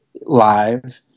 live